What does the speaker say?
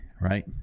right